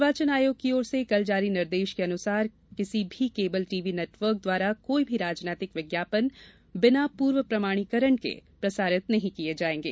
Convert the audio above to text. निर्वाचन आयोग की ओर से कल जारी निर्देश के अनुसार किसी भी केबल टीवी नेटवर्क द्वारा कोई भी राजनैतिक विज्ञापन बिना पूर्व प्रमाणीकरण के प्रसारित नहीं किए जाएंगे